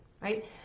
right